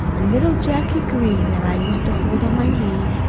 an' little jacky green that i used to hold on my knee.